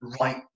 right